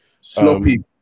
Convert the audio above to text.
Sloppy